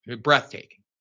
breathtaking